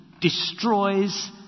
destroys